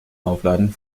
aufladen